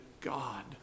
God